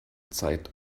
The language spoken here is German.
zeit